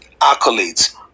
accolades